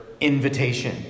invitation